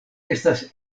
estas